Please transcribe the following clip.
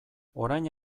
orain